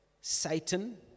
Satan